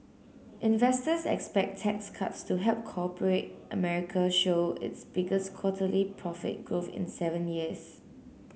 investors expect tax cuts to help corporate America show its biggest quarterly profit growth in seven years